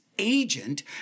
agent